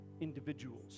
individuals